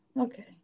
Okay